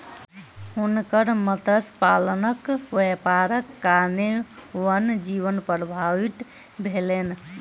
हुनकर मत्स्य पालनक व्यापारक कारणेँ वन्य जीवन प्रभावित भेलैन